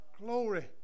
Glory